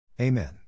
Amen